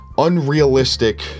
unrealistic